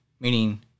meaning